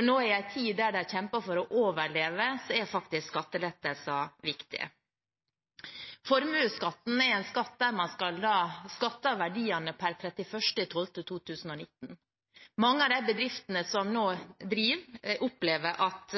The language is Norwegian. Nå i en tid der de kjemper for å overleve, er faktisk skattelettelser viktig. Formuesskatten er en skatt der man skal skatte av verdiene per 31. desember 2019. Mange av de bedriftene som nå driver, opplever at